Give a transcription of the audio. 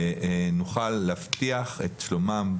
ונוכל להבטיח את שלומם,